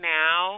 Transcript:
now